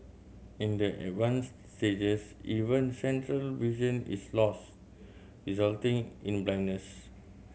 in the advanced stages even central vision is lost resulting in blindness